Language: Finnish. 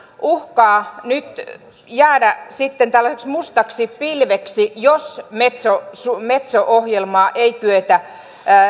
uhkaa nyt jäädä sitten tällaiseksi mustaksi pilveksi jos metso ohjelmaa ei kyetä